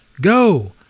Go